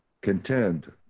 contend